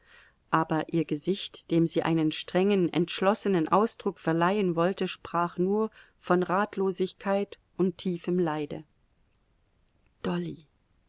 aber ihr gesicht dem sie einen strengen entschlossenen ausdruck verleihen wollte sprach nur von ratlosigkeit und tiefem leide dolly